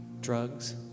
Drugs